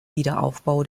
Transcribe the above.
wiederaufbau